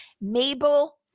Mabel